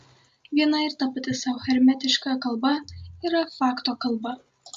viena ir tapati sau hermetiška kalba yra fakto kalba